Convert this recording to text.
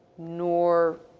nor